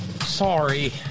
Sorry